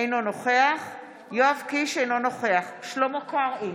אינו נוכח יואב קיש, אינו נוכח שלמה קרעי,